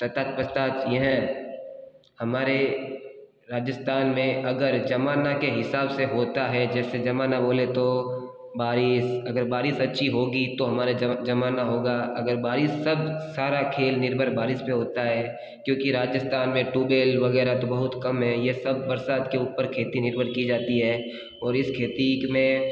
ततत्पश्चात यह हमारे राजस्थान में अगर जमाना के हिंसाब से होता है जैसे जमाना बोले तो बारिश अगर बारिश अच्छी होगी तो हमारे जमाना होगा अगर बारिश सब सारा खेल निर्भर बारिश पे होता है क्योंकि राजस्थान में टूबेल वगैरह तो बहुत कम है ये सब बरसात के ऊपर खेती निर्भर की जाती है और इस खेती में अगर